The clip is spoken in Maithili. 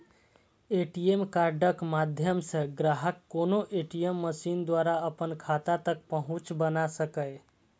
ए.टी.एम कार्डक माध्यम सं ग्राहक कोनो ए.टी.एम मशीन द्वारा अपन खाता तक पहुंच बना सकैए